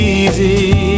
easy